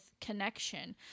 connection